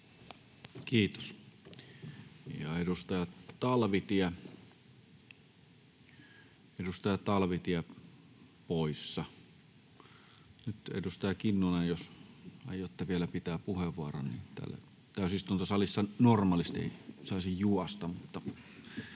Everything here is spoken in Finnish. Talvitie, edustaja Talvitie poissa. — Nyt, edustaja Kinnunen, jos aiotte vielä pitää puheenvuoron, niin... Täällä täysistuntosalissa normaalisti ei saisi juosta,